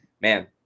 man